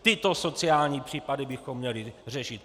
Tyto sociální případy bychom měli řešit.